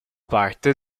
parte